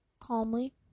calmly